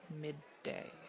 midday